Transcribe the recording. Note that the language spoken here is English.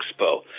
expo